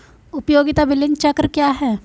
उपयोगिता बिलिंग चक्र क्या है?